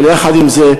אבל יחד עם זה,